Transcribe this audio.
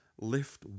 lift